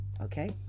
Okay